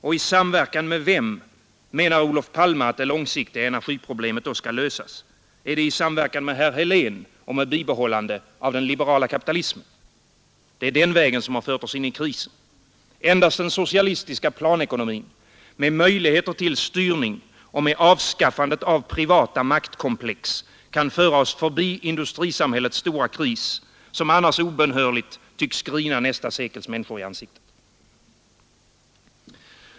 Och i samverkan med vem menar Olof Palme att det långsiktiga energiproblemet skall lösas? Är det i samverkan med herr Helén och med bibehållande av den liberala kapitalismen? Det är den vägen som har fört oss in i krisen. Endast den socialistiska planekonomin med möjligheter till styrning och med avskaffandet av privata maktkomplex kan föra oss förbi industrisamhällets stora kris, som annars obönhörligt tycks grina nästa sekels människor i ansiktet.